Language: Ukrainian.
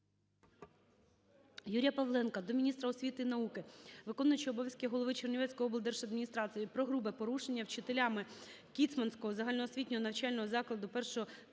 Юрія Павленка до міністра освіти і науки, виконуючого обов'язки голови Чернівецької облдержадміністрації про грубе порушення вчителями Кіцманського загальноосвітнього навчального закладу І-ІІІ